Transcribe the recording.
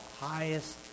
highest